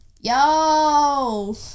Yo